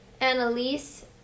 Annalise